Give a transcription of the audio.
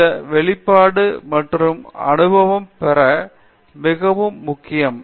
நிர்மலா இந்த வெளிப்பாடு மற்றும் அனுபவம் பெற மிகவும் முக்கியம்